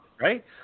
right